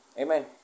Amen